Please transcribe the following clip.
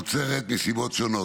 הנוצרת מסיבות שונות.